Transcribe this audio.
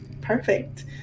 perfect